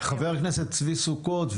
חבר הכנסת צבי סוכות.